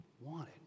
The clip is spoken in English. wanted